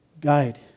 guide